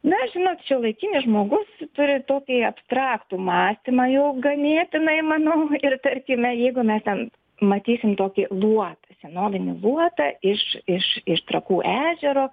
na žinot šiuolaikinis žmogus turi tokį abstraktų mąstymą jau ganėtinai manau ir tarkime jeigu mes ten matysim tokį luotą senovinį luotą iš iš iš trakų ežero